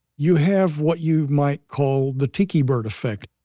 you have what you might call the tiki bird effect